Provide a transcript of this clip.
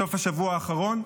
בסוף השבוע האחרון?